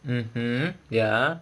mmhmm ya